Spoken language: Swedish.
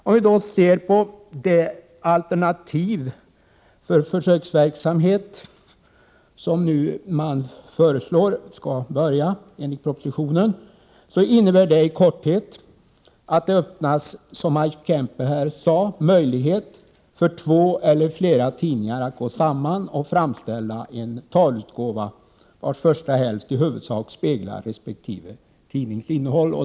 Om vi då ser på det alternativ till försöksverksamhet som enligt propositionen föreslås skall börja innebär det i korthet att en möjlighet öppnas, som Maj Kempe sade, för två eller flera tidningar att gå samman och framställa en talutgåva, vars första hälft i huvudsak speglar resp. tidnings opinionsbildande innehåll.